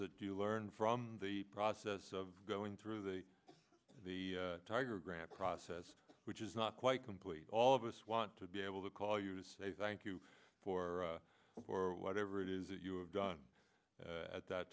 that do learn from the process of going through the the tiger grants process which is not quite complete all of us want to be able to call you to say thank you for for whatever it is that you have done at that